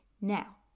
Now